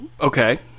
okay